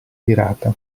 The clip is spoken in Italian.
virata